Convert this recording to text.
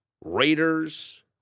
Raiders